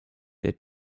der